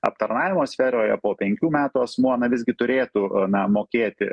aptarnavimo sferoje po penkių metų asmuo na visgi turėtų na mokėti